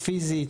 פיזית,